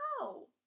No